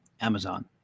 Amazon